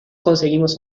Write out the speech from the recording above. conseguimos